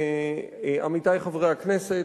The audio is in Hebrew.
עמיתי חברי הכנסת,